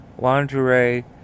lingerie